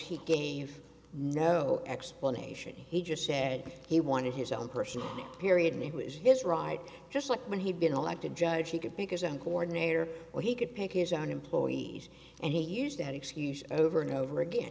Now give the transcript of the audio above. he gave no explanation he just said he wanted his own person period me was his right just like when he'd been elected judge he could pick his own coordinator or he could pick his own employees and he used that excuse over and over again